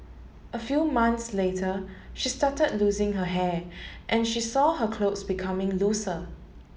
a few months later she started losing her hair and she saw her clothes becoming looser